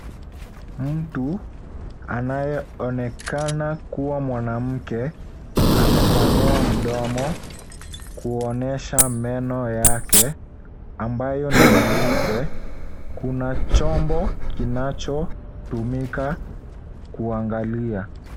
Mtu anayeonekana kuwa mwanamke amepanua mdomo kuonyesha meno yake ambayo ni nyeupe. Kuna chombo kinachotumika kuangalia.